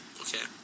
Okay